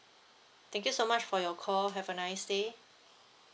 thank you so much for your call have a nice day